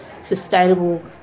sustainable